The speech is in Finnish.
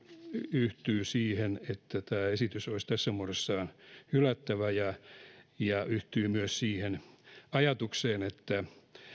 yhtyy siihen että tämä esitys olisi tässä muodossaan huonosta valmistelusta johtuen hylättävä ja yhtyy myös siihen ajatukseen että